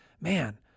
man